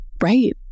right